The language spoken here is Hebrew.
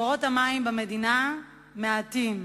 מקורות המים במדינה מעטים.